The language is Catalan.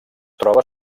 troba